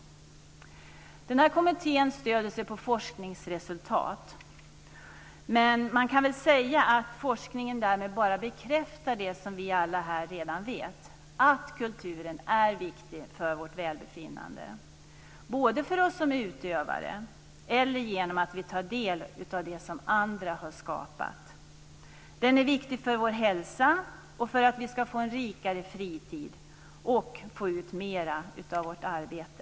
Kommittén stöder sig på forskningsresultat. Men man kan väl säga att forskningen därmed bara bekräftar det som vi alla här redan vet, att kulturen är viktig för vårt välbefinnande - både för oss som utövare och genom att vi tar del av det som andra har skapat. Den är viktig för vår hälsa och för att vi ska få en rikare fritid och få ut mer av vårt arbete.